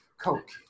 Coke